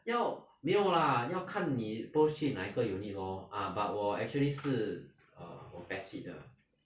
要没有 lah 要看你 post 去哪一个 unit lor ah but 我 actually 是 err 我 best fit 的